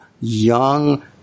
young